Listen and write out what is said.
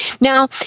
Now